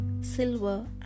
silver